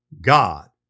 God